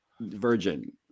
virgin